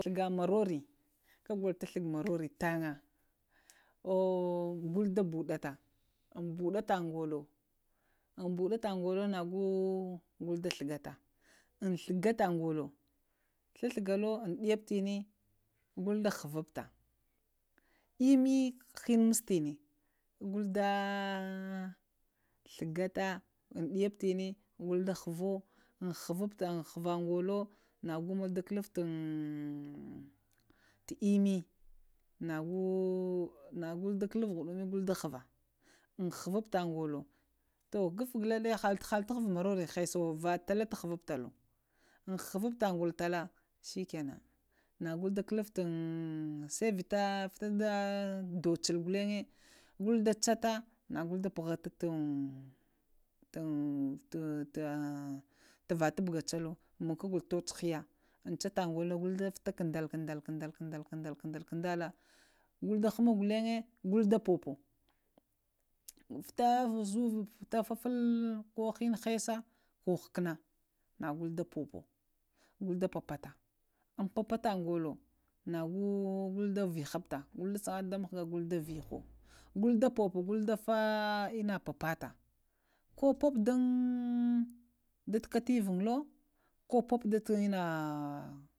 Flaəga morore, kagolo taflaəl morore tanz go da ɓuɗata a ɓuɗato golo, ɓuɗata golo nago da ghlaga ta, am-ghlagatah golo, ghlagolo am an-ɗa flənə go da ghv-vita, immi hənə mastanə go dah ghlogata ɗəftənə go da ghvifto ŋ ghvaftənə golo nago mdoda kuluf tu immi nago, ngo ɗɗa kuluf ghudumi go da ghva am-ghvafta golo to gufglaɗi ha to ghul morore hisayo, tala to ghuffa lo ŋ ghuftalo shəkanan nago da kokuffala sai vita da tsul ghulaye go da tsata go da puvata tun va tubgha tshalu hiya um tsatagupton nago da futa kadal kadal kadava unda hama ghulange da popo, vita hənə haisa ko ghkana na go da popo, gwe da papata, am papatah golo nago ghul da vəhafta no go ɗa sokoho da mghhga go da voho, ghwe da popo go da fata inna papata la pop dam data kafivinz ko pop ɗa ti vina